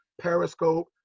periscope